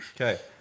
Okay